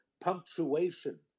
Punctuation